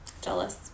Jealous